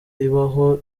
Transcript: ibaho